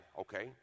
Okay